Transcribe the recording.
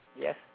Yes